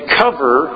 cover